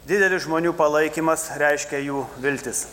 didelis žmonių palaikymas reiškia jų viltis